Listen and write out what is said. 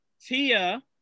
Tia